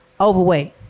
overweight